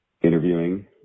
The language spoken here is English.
interviewing